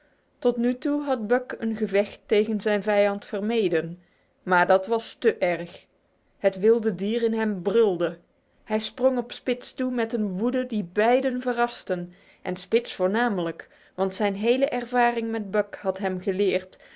tot nu toe had buck een gevecht met zijn vijand vermeden maar dit was te erg het wilde dier in hem brulde hij sprong op spitz toe met een woede die beide verraste en spitz voornamelijk want zijn hele ervaring met buck had hem geleerd